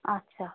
আচ্ছা